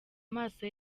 maso